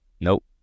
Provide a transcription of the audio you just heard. Nope